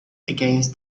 against